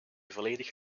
volledig